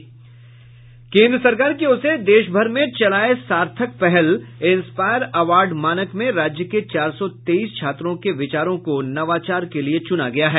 केन्द्र सरकार की ओर से देशभर में चलाये सार्थक पहल इंस्पायर अवार्ड मानक में राज्य के चार सौ तेईस छात्रों के विचारों को नवाचार के लिए चुना गया है